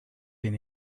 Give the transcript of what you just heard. been